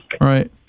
right